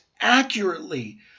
accurately